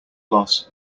loss